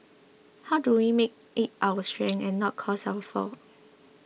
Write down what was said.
how do we make it our strength and not cause our fall